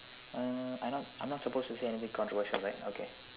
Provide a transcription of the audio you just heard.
uh I not I'm not supposed to say anything controversial right okay